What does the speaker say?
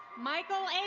michael and